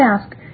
ask